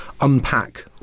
unpack